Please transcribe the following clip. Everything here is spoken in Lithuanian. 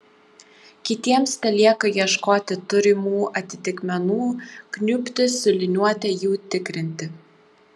kitiems telieka ieškoti turimų atitikmenų kniubti su liniuote jų tikrinti